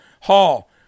Hall